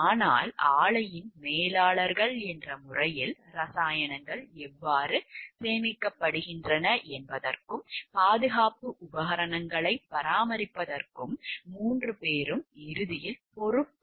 ஆனால் ஆலையின் மேலாளர்கள் என்ற முறையில் ரசாயனங்கள் எவ்வாறு சேமிக்கப்படுகின்றன என்பதற்கும் பாதுகாப்பு உபகரணங்களைப் பராமரிப்பதற்கும் 3 பேரும் இறுதியில் பொறுப்பு